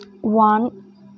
one